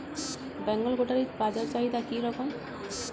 বেঙ্গল গোটারি বাজার চাহিদা কি রকম?